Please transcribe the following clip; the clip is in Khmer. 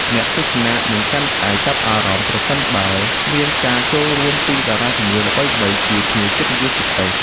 អ្នកទស្សនានឹងកាន់តែចាប់អារម្មណ៍ប្រសិនបើមានការចូលរួមពីតារាចម្រៀងល្បីៗជាភ្ញៀវកិត្តិយសពិសេស។